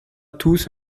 tous